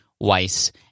Weiss